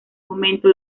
momento